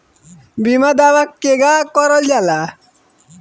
बीमा दावा केगा करल जाला?